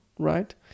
right